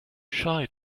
shy